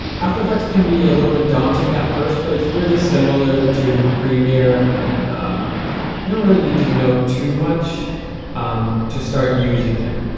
after effects can be a little bit daunting at first, but it's really similar to premier and you don't really need to know too much to start using it.